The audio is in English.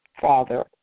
Father